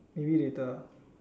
maybe later lah